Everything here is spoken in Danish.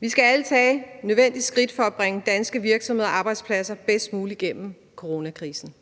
Vi skal alle tage nødvendige skridt for at bringe danske virksomheder og arbejdspladser bedst muligt igennem coronakrisen.